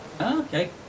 Okay